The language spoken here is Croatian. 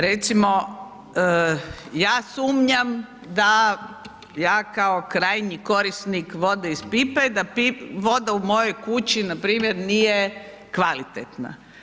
Recimo, ja sumnjam da ja kao krajnji korisnik vode iz pipe, da voda u mojoj kući npr. nije kvalitetna.